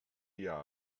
dia